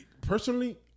personally